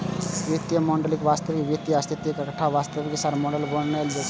वित्तीय मॉडलिंग वास्तविक वित्तीय स्थिति के एकटा वास्तविक सार मॉडल बनेनाय छियै